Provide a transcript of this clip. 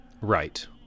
Right